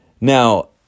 Now